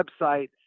website